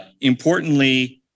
importantly